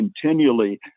continually